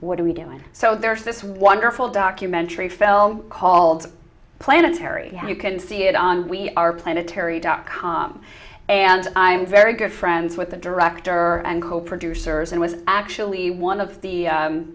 what are we doing so there's this wonderful documentary film called planetary you can see it on we are planetary dot com and i'm very good friends with the director and well producers and was actually one of the